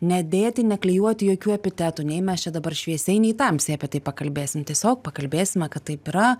nedėti neklijuoti jokių epitetų nei mes čia dabar šviesiai nei tamsiai apie tai pakalbėsim tiesiog pakalbėsime kad taip yra